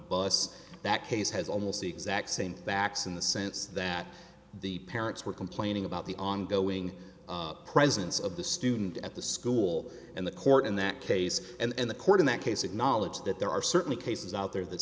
bus that case has almost the exact same facts in the sense that the parents were complaining about the ongoing presence of the student at the school and the court in that case and the court in that case acknowledge that there are certainly cases out there that